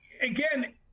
again